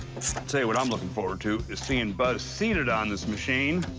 i'll tell you what i'm looking forward to, is seeing buzz seated on this machine